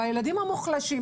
והילדים המוחלשים,